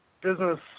business